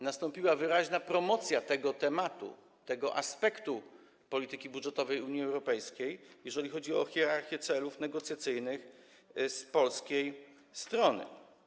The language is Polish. Nastąpiła wyraźna promocja tego tematu, tego aspektu polityki budżetowej Unii Europejskiej, jeżeli chodzi o hierarchię celów negocjacyjnych z polskiej strony.